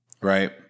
right